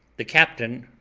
the captain,